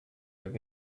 with